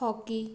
hockey